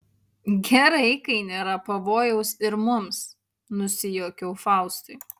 gerai kai nėra pavojaus ir mums nusijuokiau faustui